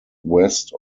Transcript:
west